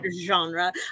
genre